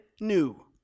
new